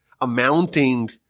amounting